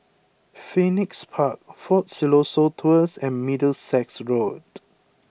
Phoenix Park Fort Siloso Tours and Middlesex Road